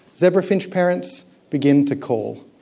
zebra finch parents begin to call.